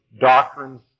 doctrines